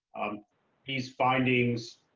these findings.